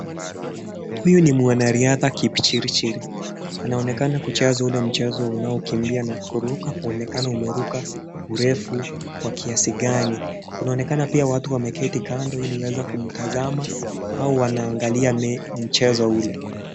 Huyu ni mwanariadha Kipchirchir. Anaonekana kucheza ule mchezo unaokimbia na kuruka kuonekana umeruka urefu wa kiasi gani. Kunaonekana kua watu wameketi kando ile waweze kumtazama, au wanaangalia mchezo ule.